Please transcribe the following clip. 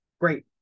great